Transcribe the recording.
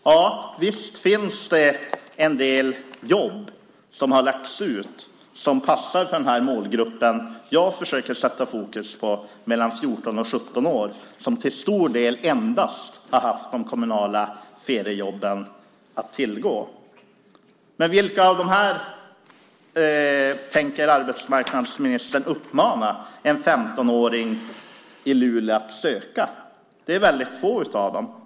Ja, visst finns det en del jobb utlagda som passar för den målgrupp som jag försöker fokusera på, alltså 14-17-åringar som till stor del har haft endast kommunala feriejobb att tillgå. Vilka av de här jobben tänker arbetsmarknadsministern uppmana en 15-åring i Luleå att söka? Det är väldigt få av dem.